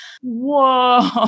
whoa